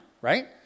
right